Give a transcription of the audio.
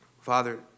Father